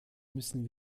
müssen